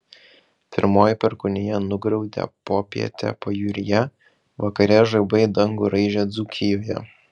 pirmoji perkūnija nugriaudė popietę pajūryje vakare žaibai dangų raižė dzūkijoje